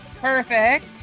perfect